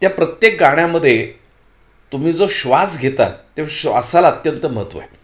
त्या प्रत्येक गाण्यामध्ये तुम्ही जो श्वास घेता त्या श्वासाला अत्यंत महत्त्व आहे